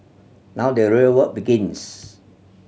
now the real work begins